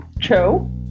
Cho